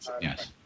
yes